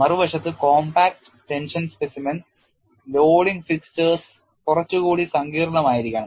മറുവശത്ത് compact tension specimen loading fixtures കുറച്ചുകൂടി സങ്കീർണമായിരിക്കണം